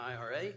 IRA